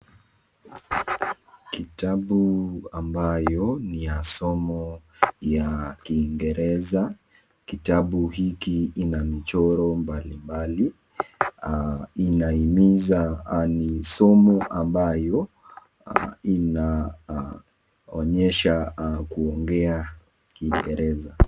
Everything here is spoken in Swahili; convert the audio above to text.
Kitabu ambayo ni ya somo ya Kiingereza, kitabu hiki ni ya michoro mbalimbali ina himiza somo ambayo inaonyesha kuongea kiingereza.